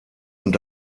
und